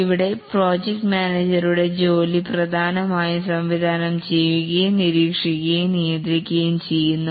ഇവിടെ പ്രോജക്റ്റ് മാനേജരുടെ ജോലി പ്രധാനമായും സംവിധാനം ചെയ്യുകയും നിരീക്ഷിക്കുകയും നിയന്ത്രിക്കുകയും ആകുന്നു